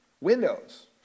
windows